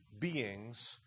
beings